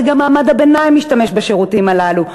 גם מעמד הביניים משתמש בשירותים הללו.